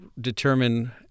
determine